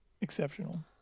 exceptional